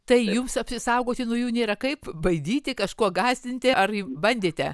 tai jums apsisaugoti nuo jų nėra kaip baidyti kažkuo gąsdinti ar bandite